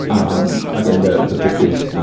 um again, the, the book is, ah,